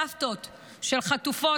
סבתות של חטופות,